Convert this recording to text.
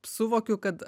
suvokiu kad